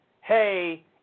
hey